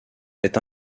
est